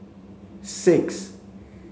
six